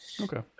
Okay